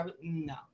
No